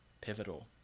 pivotal